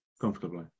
Comfortably